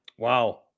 Wow